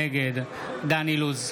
נגד דן אילוז,